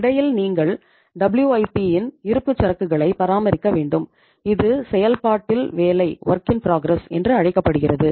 இடையில் நீங்கள் WIP இன் இருப்புச்சரக்குகளை பராமரிக்க வேண்டும் இது செயல்பாட்டில் வேலை என்று அழைக்கப்படுகிறது